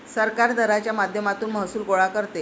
सरकार दराच्या माध्यमातून महसूल गोळा करते